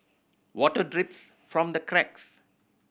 water drips from the cracks